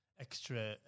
extra